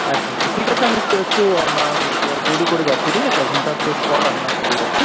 আচ্ছা আচ্ছা ঠিক আছে আমি একটু দেরি করে যাচ্ছি ঠিক আছে ঘন্টা দেড়েক পর আপনার শপে যাচ্ছি